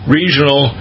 regional